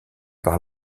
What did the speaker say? par